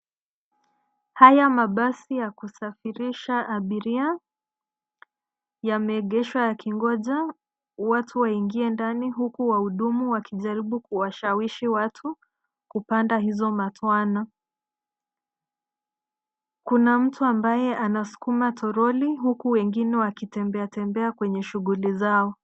Haya mabasi ya kusafirisha abiria, yameegeshwa yakingoja watu waingie ndani huku wahudumu wakijaribu kuwashawishi watu, kupanda hizo matwana. Kuna mtu ambaye anaskuma turoli huku wengine wakitembea tembea kwenye shuguli zao.